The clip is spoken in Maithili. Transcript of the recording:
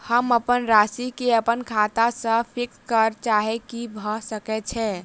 हम अप्पन राशि केँ अप्पन खाता सँ फिक्स करऽ चाहै छी भऽ सकै छै?